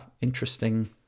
interesting